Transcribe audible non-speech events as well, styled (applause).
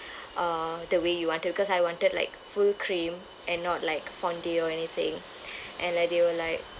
(breath) uh the way you want it because I wanted like full cream and not like fondant or anything (breath) and like they were like